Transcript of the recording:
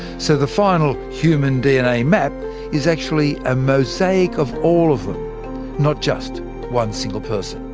so the final human dna map is actually a mosaic of all of them not just one single person.